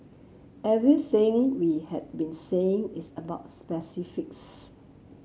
everything we have been saying is about specifics